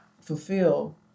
fulfill